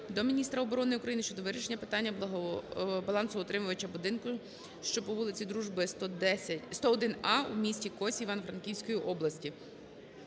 до міністра оборони України щодо вирішення питання балансоутримувача будинку, що по вулиці Дружби 101-А у місті Косів Івано-Франківської області.